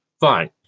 Fine